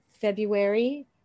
February